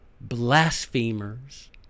blasphemers